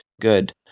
good